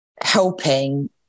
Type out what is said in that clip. helping